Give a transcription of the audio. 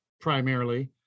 primarily